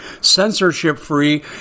censorship-free